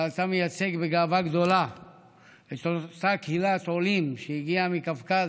אבל אתה מייצג בגאווה גדולה את אותה קהילת עולים שהגיעה מקווקז,